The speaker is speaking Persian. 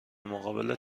مقابل